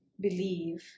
believe